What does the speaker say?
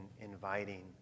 inviting